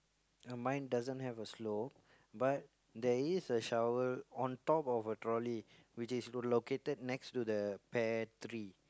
mine doesn't have a slope but there is a shower on top of a trolley which is located next to the pear tree